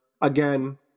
Again